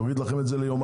אוריד לכם את זה ליומיים,